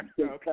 Okay